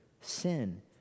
sin